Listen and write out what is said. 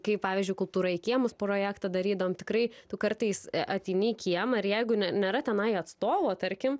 kaip pavyzdžiui kultūra į kiemus projektą darydavom tikrai tu kartais ateini į kiemą ir jeigu ne nėra tenai atstovo tarkim